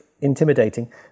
intimidating